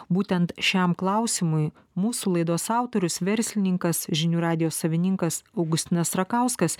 būtent šiam klausimui mūsų laidos autorius verslininkas žinių radijo savininkas augustinas rakauskas